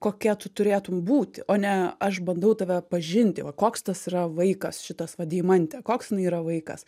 kokia tu turėtum būti o ne aš bandau tave pažinti va koks tas yra vaikas šitas va deimantė koks jinai yra vaikas